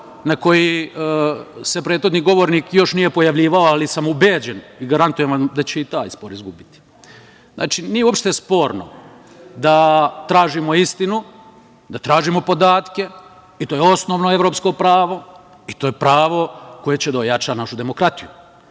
na koji se prethodni govornik još nije pojavljivao ali sam ubeđen i garantuje da će i taj spor izgubiti. Znači, nije uopšte sporno da tražimo istinu, da tražimo podatke i to je osnovno evropsko pravo i to je pravo da ojača našu demokratiju